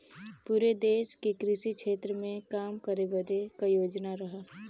पुरे देस के कृषि क्षेत्र मे काम करे बदे क योजना रहल